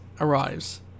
arrives